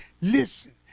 listen